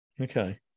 Okay